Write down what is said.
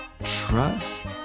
Trust